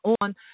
on